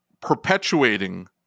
perpetuating